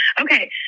Okay